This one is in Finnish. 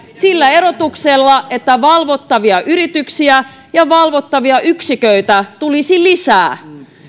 sillä erotuksella että valvottavia yrityksiä ja valvottavia yksiköitä tulisi lisää